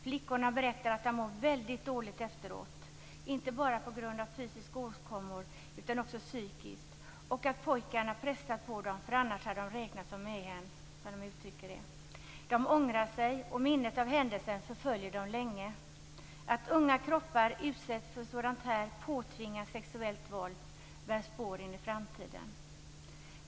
Flickorna berättar att de mår väldigt dåligt efteråt, inte bara på grund av fysiska åkommor utan också psykiskt, och att pojkarna pressat dem - hade de inte ställt upp hade de räknats som mähän, som de uttrycker det. De ångrar sig, och minnet av händelsen förföljer dem länge. Att unga kroppar utsätts för sådant här påtvingat sexuellt våld sätter spår för framtiden.